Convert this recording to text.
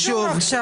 זה לא קשור עכשיו.